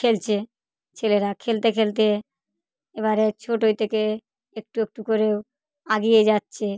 খেলচে ছেলেরা খেলতে খেলতে এবারে ছোটে থেকে একটু একটু করেও আগিয়ে যাচ্ছে